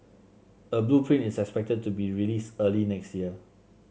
a blueprint is expected to be released early next year